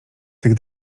tych